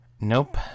Nope